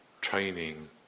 training